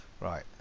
Right